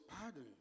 pardon